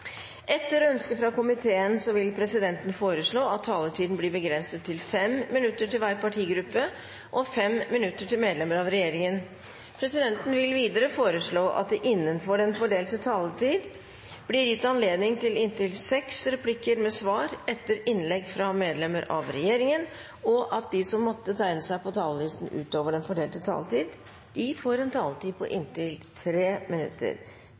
Etter ønske fra næringskomiteen vil presidenten foreslå at taletiden blir begrenset til 5 minutter til hver partigruppe og 5 minutter til medlemmer av regjeringen. Videre vil presidenten foreslå at det – innenfor den fordelte taletid – blir gitt anledning til inntil seks replikker med svar etter innlegg fra medlemmer av regjeringen, og at de som måtte tegne seg på talerlisten utover den fordelte taletid, får en taletid på inntil 3 minutter.